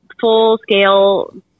full-scale